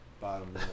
bottom